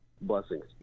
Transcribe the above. Blessings